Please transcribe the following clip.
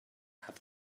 have